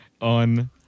on